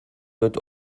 wird